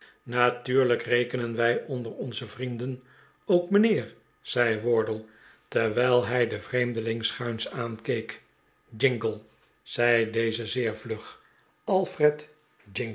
natuurlijk rekenen wij onder onze vrienden ook mijnheer zei wardle ter wijl hij den vreemdeling schuins aankeek jingle zei deze zeer vlug